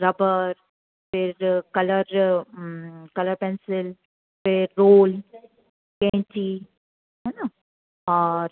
rubber फिर colour colour pencil फिर rule क़ैंची है ना और